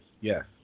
Yes